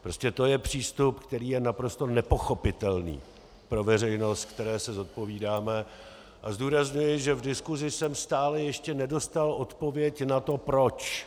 Prostě to je přístup, který je naprosto nepochopitelný pro veřejnost, které se zodpovídáme, a zdůrazňuji, že v diskusi jsem stále ještě nedostal odpověď na to proč.